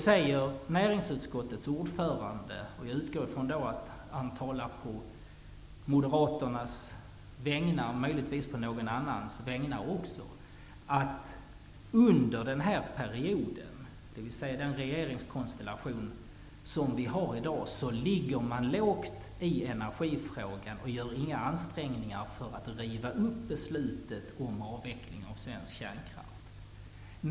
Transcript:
Näringsutskottets ordförande säger - jag utgår ifrån att han talar på Moderaternas och möjligen även på någon annans vägnar - att under denna period - dvs. med den regeringskonstellation vi har i dag - ligger man lågt i energifrågan och gör inga ansträngningar för att riva upp beslutet om avveckling av svensk kärnkraft.